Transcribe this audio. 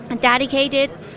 dedicated